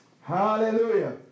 Hallelujah